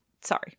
sorry